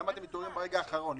למה אתם מתעוררים ברגע האחרון?